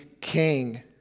king